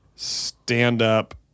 stand-up